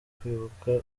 kwibuka